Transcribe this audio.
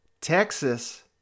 Texas